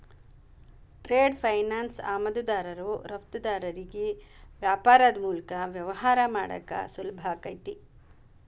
trade finance ಆಮದುದಾರರು ರಫ್ತುದಾರರಿಗಿ ವ್ಯಾಪಾರದ್ ಮೂಲಕ ವ್ಯವಹಾರ ಮಾಡಾಕ ಸುಲಭಾಕೈತಿ